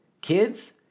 kids